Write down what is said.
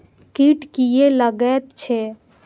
कीट किये लगैत छै?